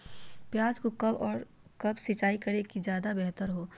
प्याज को कब कब सिंचाई करे कि ज्यादा व्यहतर हहो?